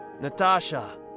Natasha